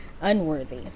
unworthy